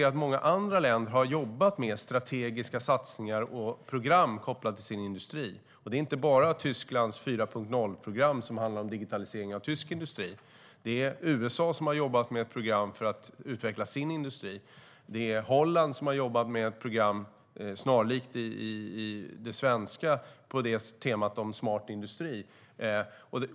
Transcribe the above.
Många andra länder har jobbat med strategiska satsningar och program kopplade till sin industri. Det handlar inte bara om Tysklands 4.0-program, som gäller digitaliseringen av tysk industri. USA har jobbat med ett program för att utveckla sin industri. Holland har jobbat med ett program snarlikt det svenska på temat smart industri.